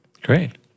Great